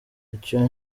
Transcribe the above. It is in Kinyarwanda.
icyo